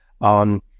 on